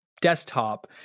desktop